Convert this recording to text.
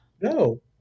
No